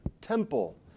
temple